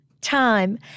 time